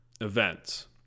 events